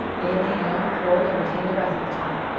inhale, hold or retain the breath at the top.